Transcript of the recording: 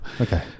Okay